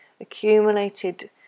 accumulated